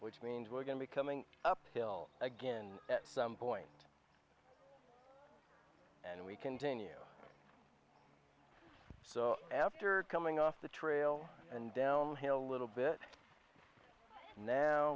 which means we're going to be coming up hill again at some point and we continue so after coming off the trail and downhill little bit now